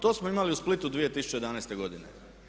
To smo imali u Splitu 2011. godine.